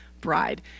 bride